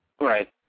Right